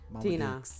Tina